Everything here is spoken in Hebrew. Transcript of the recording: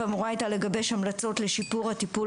ואמורה הייתה לגבש המלצות לשיפור הטיפול